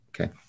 Okay